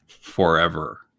forever